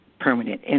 permanent